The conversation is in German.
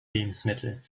lebensmittel